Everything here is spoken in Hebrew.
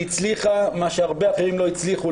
היא הצליחה במה שהרבה אחרים לא הצליחו,